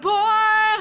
boy